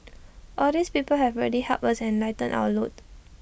all these people have really helped us and lightened our load